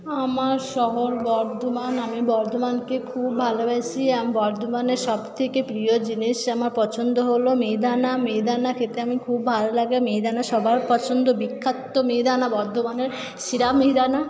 আমার শহর বর্ধমান আমি বর্ধমানকে খুব ভালোবাসি আমি বর্ধমানের সবথেকে প্রিয় জিনিস আমার পছন্দ হলো মিহিদানা মিহিদানা খেতে আমি খুব ভালো লাগে মিহিদানা সবার পছন্দ বিখ্যাত মিহিদানা বর্ধমানের সেরা মিহিদানা